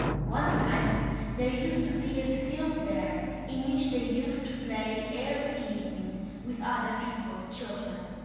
one time there used to be a field there in which they used to play every evening with other people's children.